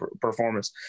performance